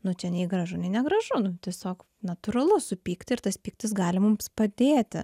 nu čia nei gražu nei negražu nu tiesiog natūralu supykti ir tas pyktis gali mums padėti